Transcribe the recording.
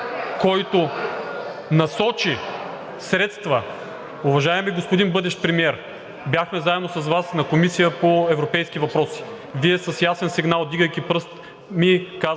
който насочи средства, уважаеми господин бъдещ Премиер, бяхме заедно с Вас на Комисия по европейски въпроси, Вие с ясен сигнал, вдигайки пръст, ми казахте,